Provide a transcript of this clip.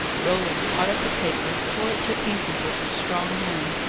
roland caught up the paper, tore it to pieces with his strong hands,